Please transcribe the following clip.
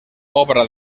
obra